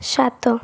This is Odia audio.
ସାତ